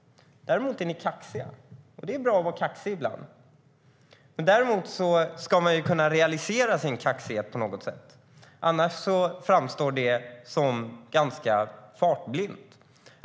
Däremot är ni kaxiga. Det är bra att vara kaxig ibland, men man ska också kunna realisera sin kaxighet på något sätt. Annars framstår det som ganska fartblint.